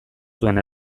zuen